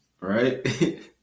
right